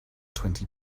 twenty